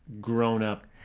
grown-up